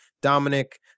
dominic